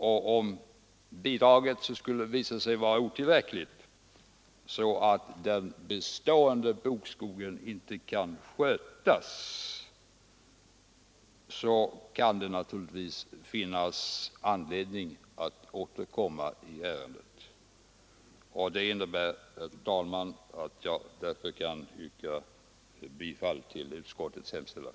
Och om bidraget skulle visa sig vara otillräckligt, så att den bestående bokskogen inte kan skötas, finns det naturligtvis anledning att återkomma i ärendet. Detta innebär, herr talman, att jag kan yrka bifall till utskottets hemställan.